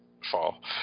fall